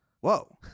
Whoa